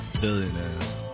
billionaires